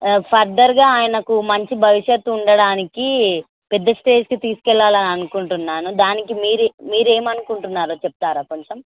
ఫర్దర్గా ఆయనకు మంచి భవిష్యత్తు ఉండడానికి పెద్ద స్టేజ్కి తీసుకు వెళ్ళాలని అనుకుంటున్నాను దానికి మీరు మీరు ఏమి అనుకుంటున్నారో చెప్తారా కొంచెం